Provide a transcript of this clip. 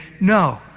No